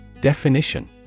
Definition